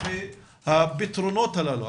והפתרונות הללו,